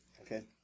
Okay